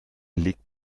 legt